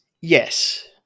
Yes